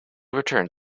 returned